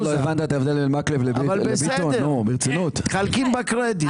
כולם מתחלקים בקרדיט.